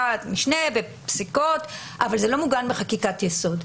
משנה ופסיקות אבל זה לא מעוגן בחקיקת יסוד.